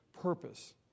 purpose